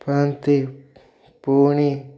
ପାଆନ୍ତି ପୁଣି